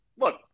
look